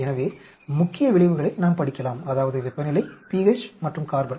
எனவே முக்கிய விளைவுகளை நாம் படிக்கலாம் அதாவது வெப்பநிலை pH மற்றும் கார்பன்